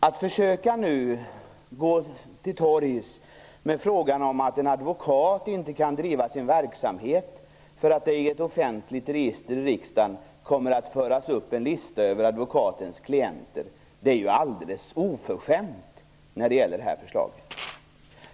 Att nu försöka gå till torgs med frågan om att en advokat inte kan driva sin verksamhet därför att det i ett offentligt register i riksdagen kommer att föras upp en lista över advokatens klienter är alldeles oförskämt när det gäller det här förslaget.